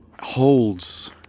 holds